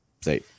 say